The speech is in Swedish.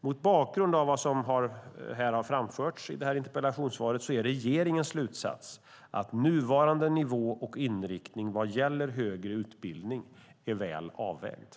Mot bakgrund av vad som har framförts i det här interpellationssvaret är regeringens slutsats att nuvarande nivå och inriktning vad gäller högre utbildning är väl avvägd.